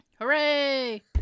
Hooray